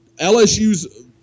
LSU's